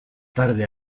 tarde